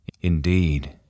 Indeed